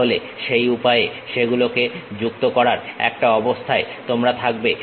তাহলে সেই উপায়ে সেগুলোকে যুক্ত করার একটা অবস্থায় তোমরা থাকবে